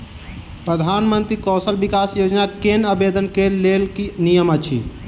प्रधानमंत्री कौशल विकास योजना केँ आवेदन केँ लेल की नियम अछि?